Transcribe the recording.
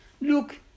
Look